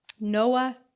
Noah